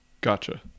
Gotcha